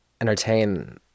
entertain